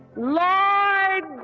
lord,